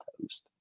toast